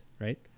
right